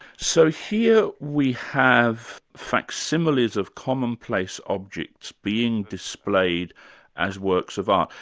so here we have facsimiles of commonplace objects being displayed as works of art.